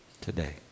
today